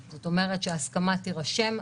זאת אומרת שההסכמה תירשם,